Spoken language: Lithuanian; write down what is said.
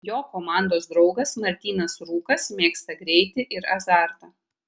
jo komandos draugas martynas rūkas mėgsta greitį ir azartą